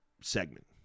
segment